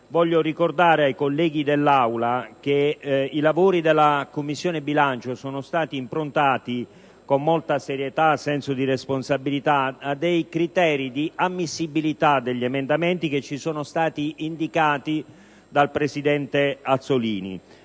voglio ricordare ai colleghi dell'Aula che i lavori della Commissione bilancio sono stati improntati, con molta serietà e senso di responsabilità, secondo criteri di ammissibilità degli emendamenti che ci sono stati indicati dal presidente Azzollini.